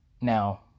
Now